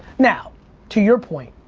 now to your point,